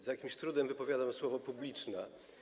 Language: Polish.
Z jakimś trudem wypowiadam słowo „publiczna”